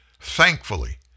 Thankfully